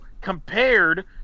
compared